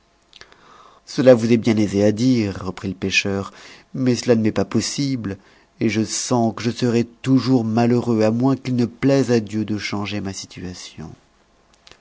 cela vous est bien aisé à dire reprit le pêcheur mais cela ne m'est pas possible et je sens que je serai toujours malheureux à moins qu'il ne plaise à dieu de changer ma situation